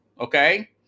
okay